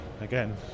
Again